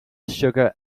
sugar